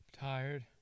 Tired